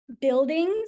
buildings